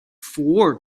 four